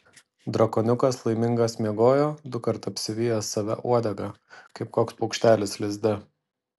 drakoniukas laimingas miegojo dukart apsivijęs save uodega kaip koks paukštelis lizde